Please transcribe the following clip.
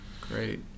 great